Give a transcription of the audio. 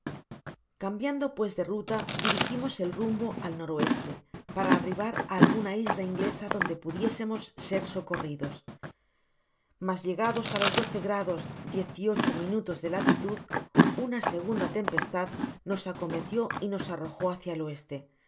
cambiando pues de ruta dirigimos el rumbo al n o para arribar á alguna isla inglesa donde pudiésemos ser socor content from google book search generated at ridos mas llegados á los doce grados diez y ocho minutos de latitud una segunda tempestad nos acometió y nos arrojó hacia el oeste tan lejos de